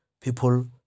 people